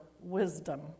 wisdom